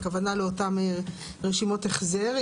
הכוונה לאותן רשימות החזר,